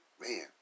man